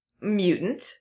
mutant